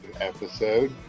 episode